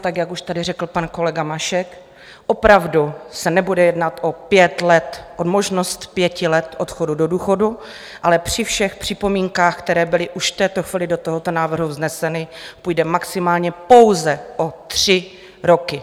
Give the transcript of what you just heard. Tak jak už tady řekl pan kolega Mašek, opravdu se nebude jednat o pět let, o možnost pěti let odchodu do důchodu, ale při všech připomínkách, které byly už v této chvíli do tohoto návrhu vzneseny, půjde maximálně pouze o tři roky.